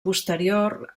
posterior